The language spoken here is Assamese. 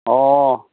অঁ